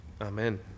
Amen